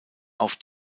auf